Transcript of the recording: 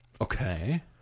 Okay